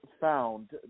found